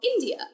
India